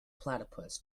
platypus